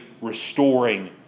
restoring